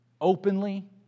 openly